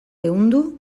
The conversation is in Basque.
ehundu